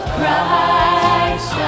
Christ